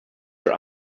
are